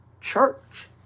church